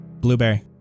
Blueberry